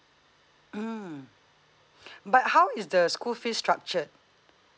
mm but how is the school fees structured